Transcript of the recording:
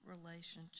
relationship